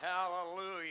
Hallelujah